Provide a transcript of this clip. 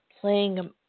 playing